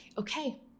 okay